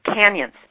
canyons